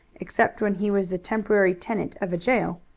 except when he was the temporary tenant of a jail,